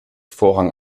vorrang